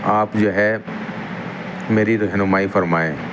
آپ جو ہے میری رہنمائی فرمایں